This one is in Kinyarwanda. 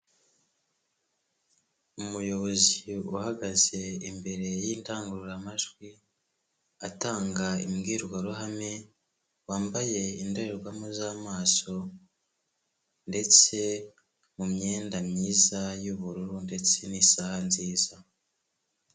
Umuyobozi uhagaze imbere y'indangururamajwi, atanga imbwirwaruhame, wambaye indorerwamo z'amaso ndetse mu myenda myiza y'ubururu ndetse n'isaha nziza.